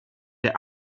der